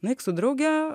nueik su drauge